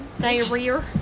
Diarrhea